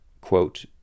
quote